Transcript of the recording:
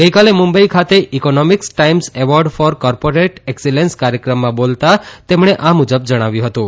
ગઈકાલે મુંબઈ ખાતે Economics Times Awards for Corporate Excellence કાર્યક્રમમાં બાલતા તેમણે આ મુજબ જણાવ્યું હતું